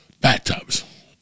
bathtubs